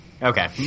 Okay